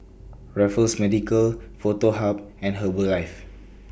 Raffles Medical Foto Hub and Herbalife